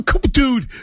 dude